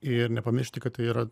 ir nepamiršti kad tai yra